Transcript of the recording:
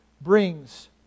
brings